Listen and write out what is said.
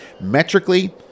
Metrically